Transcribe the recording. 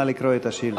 נא לקרוא את השאילתה.